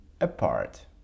apart